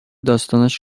داستانش